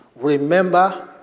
remember